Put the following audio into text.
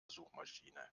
suchmaschine